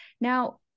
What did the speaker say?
Now